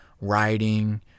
writing